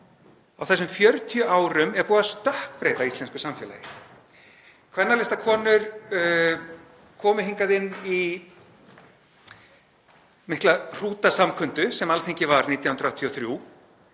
Á þessum 40 árum er búið að stökkbreyta íslensku samfélagi. Kvennalistakonur komu hingað inn í mikla hrútasamkundu, sem Alþingi var 1983,